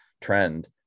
trend